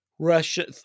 Russia